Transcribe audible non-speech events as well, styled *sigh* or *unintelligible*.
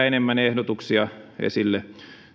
*unintelligible* enemmän ehdotuksia